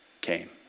came